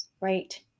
Right